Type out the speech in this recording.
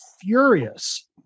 furious